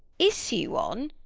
issue on?